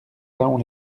thaon